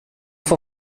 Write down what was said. får